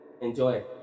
enjoy